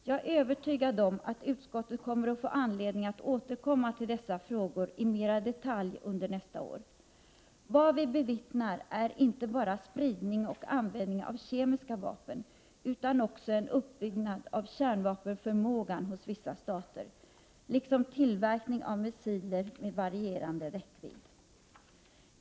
Jag är övertygad om att utskottet kommer att få anledning att återkomma till dessa frågor mera i detalj under nästa år. Vad vi bevittnar är inte bara spridning och användning av kemiska vapen, utan också en uppbyggnad av kärnvapenförmågan i vissa stater, liksom tillverkning av missiler med varierande räckvidd.